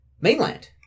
mainland